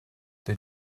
they